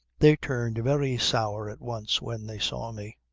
they turned very sour at once when they saw me.